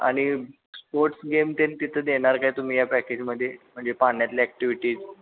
आणि sports game ते तिथं देणार काय तुम्ही या पॅकेजमध्ये म्हणजे पाण्यातल्या ॲक्टिव्हिटीज